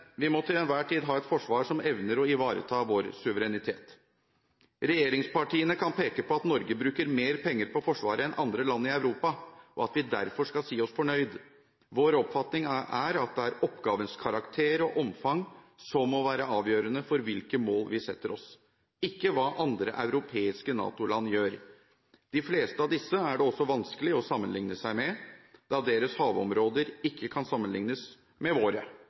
Vi må til enhver tid ha et forsvar som evner å ivareta vår suverenitet. Regjeringspartiene kan peke på at Norge bruker mer penger på forsvar enn andre land i Europa, og at vi derfor skal si oss fornøyd. Vår oppfatning er at det er oppgavens karakter og omfang som må være avgjørende for hvilke mål vi setter oss, ikke hva andre europeiske NATO-land gjør. De fleste av disse er det også vanskelig å sammenligne seg med, da deres havområder ikke kan sammenlignes med våre,